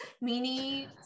mini